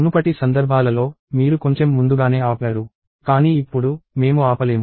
మునుపటి సందర్భాలలో మీరు కొంచెం ముందుగానే ఆపారు కానీ ఇప్పుడు మేము ఆపలేము